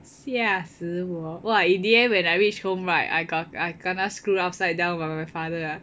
吓死我哇 in the end when I reach home right I got I kena screw upside down by my father ah